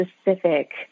specific